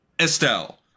Estelle